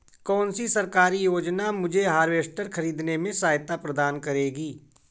कौन सी सरकारी योजना मुझे हार्वेस्टर ख़रीदने में सहायता प्रदान करेगी?